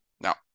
Now